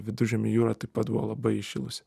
viduržemio jūra taip pat buvo labai įšilusi